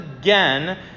again